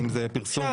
אם זה פרסום וכדומה.